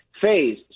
phase